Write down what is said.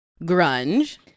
Grunge